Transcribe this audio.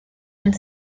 and